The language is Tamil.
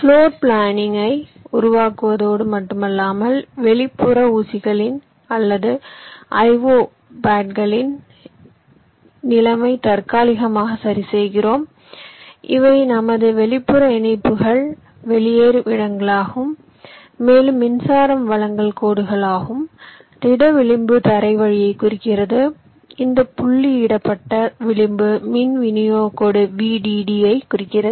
பிளோர் பிளானிங் ஐ உருவாக்குவதோடு மட்டுமல்லாமல் வெளிப்புற ஊசிகளின் அல்லது IO பேட்களின் நிலையை தற்காலிகமாக சரிசெய்கிறோம் இவை நமது வெளிப்புற இணைப்புகள் வெளியேறும் இடங்களாகும் மேலும் மின்சாரம் வழங்கல் கோடுகள் ஆகும் திட விளிம்பு தரை வழியை குறிக்கிறது இந்த புள்ளியிடப்பட்ட விளிம்பு மின் விநியோக கோடு VDD ஐ குறிக்கிறது